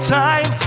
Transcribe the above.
time